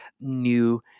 new